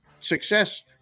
Success